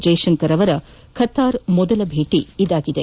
ಜೈಶಂಕರ್ ಅವರ ಕತಾರ್ನ ಮೊದಲ ಭೇಟಿ ಇದಾಗಿದೆ